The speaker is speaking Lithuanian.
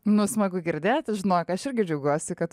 na smagu girdėti žinok aš irgi džiaugiuosi kad